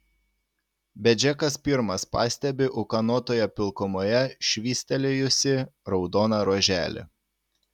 bet džekas pirmas pastebi ūkanotoje pilkumoje švystelėjusį raudoną ruoželį